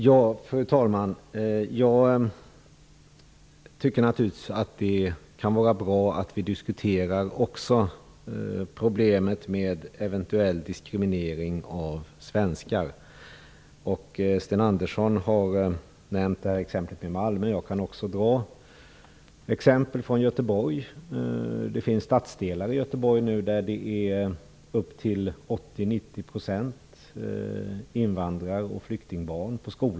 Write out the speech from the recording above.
Fru talman! Jag tycker naturligtvis att det kan vara bra att vi också diskuterar problemet med eventuell diskriminering av svenskar. Sten Andersson har nämnt ett exempel i Malmö. Jag kan dra exempel från Göteborg. Det finns stadsdelar i Göteborg där 80-90 % aveleverna i skolorna är invandraroch flyktingbarn.